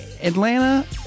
Atlanta